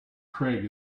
craig